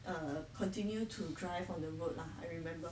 err continue to drive on the road lah I remember